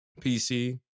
PC